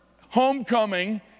homecoming